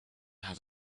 has